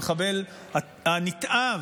המחבל הנתעב,